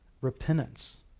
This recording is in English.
repentance